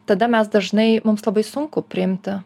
tada mes dažnai mums labai sunku priimti